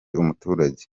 umuturage